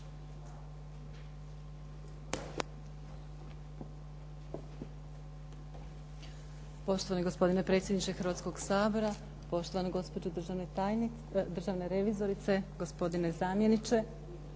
Poštovani gospodine predsjedniče Hrvatskog sabora, poštovana gospođo državna revizorice, gospodine zamjeniče,